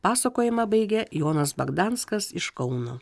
pasakojimą baigė jonas bagdanskas iš kauno